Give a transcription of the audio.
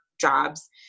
jobs